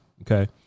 okay